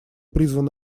призван